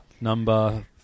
number